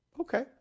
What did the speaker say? Okay